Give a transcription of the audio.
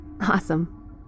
Awesome